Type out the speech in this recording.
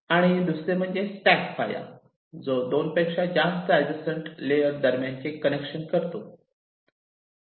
आणि दुसरे म्हणजे स्टॅक व्हॉया जो 2 पेक्षा जास्त ऍड्जसन्ट लेअर्स दरम्यानचे कनेक्शन करतो